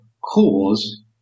cause